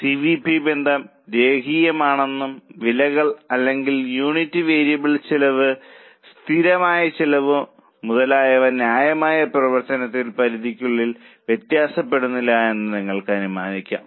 C V P ബന്ധം രേഖീയമാണെന്നും വിലകൾ അല്ലെങ്കിൽ യൂണിറ്റ് വേരിയബിൾ ചെലവ് സ്ഥിരമായ ചെലവ് മുതലായവ ന്യായമായ പ്രവർത്തന പരിധിക്കുള്ളിൽ വ്യത്യാസപ്പെടില്ലെന്നും നിങ്ങൾക്ക് അനുമാനിക്കാം